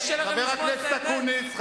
חבר הכנסת אקוניס.